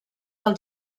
del